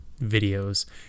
videos